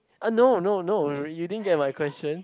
ah no no no you didn't get my question